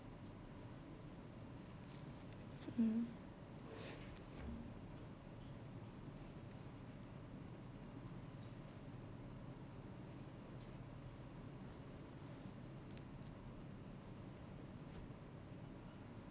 mm